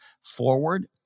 forward